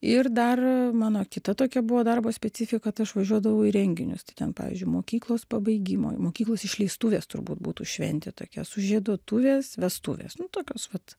ir dar mano kita tokia buvo darbo specifika tai aš važiuodavau į renginius tai ten pavyzdžiui mokyklos pabaigimo mokyklos išleistuvės turbūt būtų šventė tokia sužieduotuvės vestuvės nu tokios vat